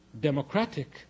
democratic